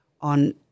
on